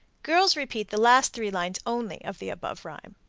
girls repeat the last three lines only of the above rhyme.